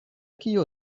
kio